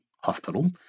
hospital